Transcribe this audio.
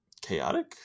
chaotic